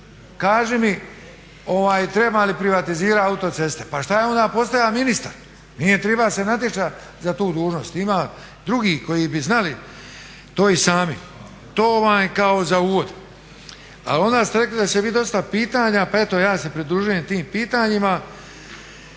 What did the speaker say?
kaži mi treba li privatizirat autoceste. Pa šta je onda postaja ministar, nije triba se natjecat za tu dužnost. Ima drugih koji bi znali to i sami. To vam je kao za uvod. Ali onda ste rekli da će bit dosta pitanja pa eto ja se pridružujem tim pitanjima.